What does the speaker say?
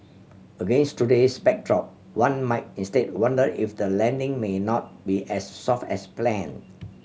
against today's backdrop one might instead wonder if the landing may not be as soft as planned